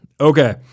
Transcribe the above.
Okay